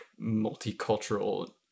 multicultural